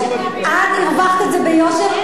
את הרווחת את זה ביושר,